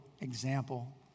example